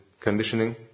conditioning